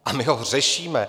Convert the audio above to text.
A my to řešíme.